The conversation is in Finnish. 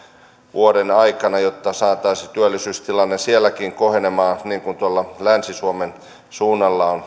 vuoden aikana jotta saataisiin työllisyystilanne sielläkin kohenemaan niin kuin tuolla länsi suomen suunnalla on